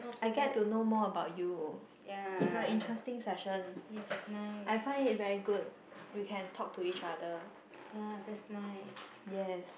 I get to know more about you it's a interesting session I find it very good